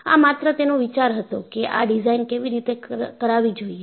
આ માત્ર તેનો વિચાર હતો કે આ ડીઝાઇન કેવી રીતે કરાવી જોઈએ